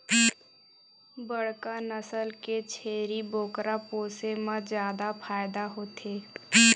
बड़का नसल के छेरी बोकरा पोसे म जादा फायदा होथे